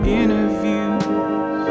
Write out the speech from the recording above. interviews